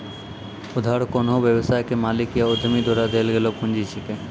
उधार कोन्हो व्यवसाय के मालिक या उद्यमी द्वारा देल गेलो पुंजी छिकै